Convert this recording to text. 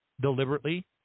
deliberately